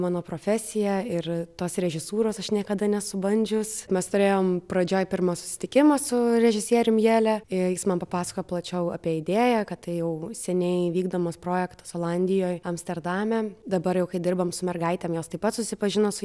mano profesija ir tos režisūros aš niekada nesu bandžius mes turėjom pradžioj pirmą susitikimą su režisierium jiele jis man papasakojo plačiau apie idėją kad tai jau seniai vykdomas projektas olandijoj amsterdame dabar jau kai dirbam su mergaitėm jos taip pat susipažino su